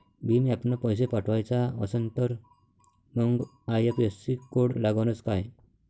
भीम ॲपनं पैसे पाठवायचा असन तर मंग आय.एफ.एस.सी कोड लागनच काय?